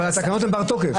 אבל התקנות ברות תוקף.